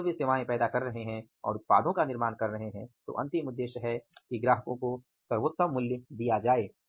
और जब वे सेवाएं पैदा कर रहे हैं और उत्पादों का निर्माण कर रहे हैं तो अंतिम उद्देश्य है कि ग्राहकों को सर्वोत्तम मूल्य दिया जाए